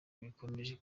bikomeye